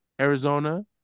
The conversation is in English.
Arizona